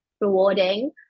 rewarding